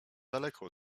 daleko